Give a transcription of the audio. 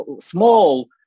small